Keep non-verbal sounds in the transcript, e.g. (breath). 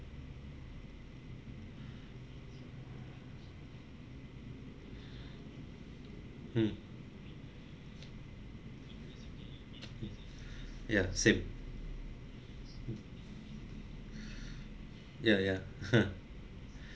hmm (breath) ya same (breath) ya ya (laughs)